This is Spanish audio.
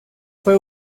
fue